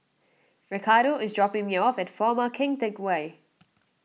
Ricardo is dropping me off at former Keng Teck Whay